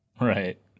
Right